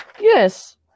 yes